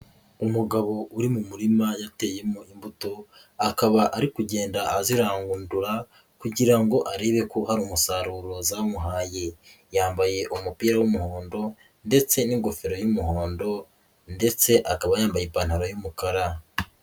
Umugabo uri mu murima yateyemo imbuto akaba ari kugenda azirandura kugira ngo arebe ko hari umusaruro zamuhaye yambaye umupira w'umuhondo ndetse n'ingofero y'umuhondo ndetse akaba yambaye ipantaro y'umukara.